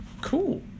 Cool